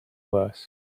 worst